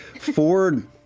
Ford